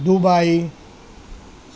Dubai